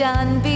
done